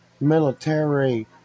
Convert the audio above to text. military